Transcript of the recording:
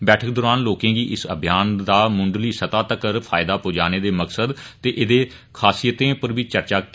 बैठक दौरान लोकें गी इस अभियान दा मुंडली स्तह तक्कर फायदा पुजाने दे मकसद ते एहदे खासियतें पर बी चर्चा होई